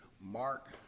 Mark